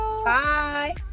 Bye